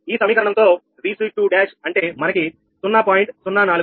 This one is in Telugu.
ఈ సమీకరణం తో Vc21 అంటే మనకి 0